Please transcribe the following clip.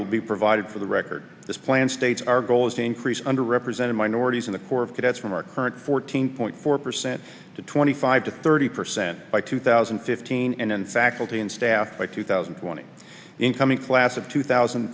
copy will be provided for the record this plan states our goal is to increase under represented minorities in the corps of cadets from our current fourteen point four percent to twenty five to thirty percent by two thousand and fifteen and faculty and staff by two thousand and twenty incoming class of two thousand